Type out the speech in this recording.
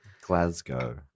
Glasgow